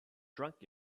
drunk